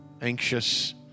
anxious